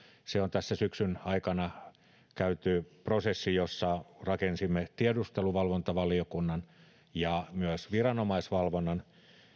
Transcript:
se on tässä syksyn aikana käyty prosessi jossa rakensimme tiedusteluvalvontavaliokunnan ja myös viranomaisvalvonnan